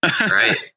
Right